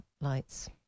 lights